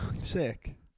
Sick